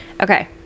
Okay